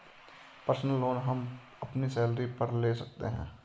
personal loan हम अपनी salary पर ले सकते है